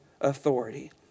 authority